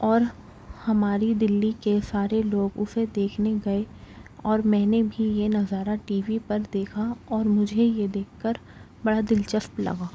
اور ہماری دلی کے سارے لوگ اسے دیکھنے گئے اور میں نے بھی یہ نظارہ ٹی وی پر دیکھا اور مجھے یہ دیکھ کر بڑا دلچسپ لگا